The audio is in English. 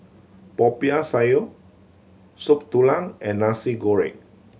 Popiah Sayur Soup Tulang and Nasi Goreng